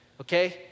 okay